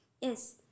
Yes